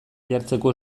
jartzeko